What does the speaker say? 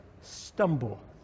stumble